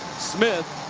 smith.